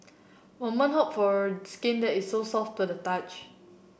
woman hope for skin that is so soft to the touch